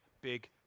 big